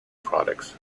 products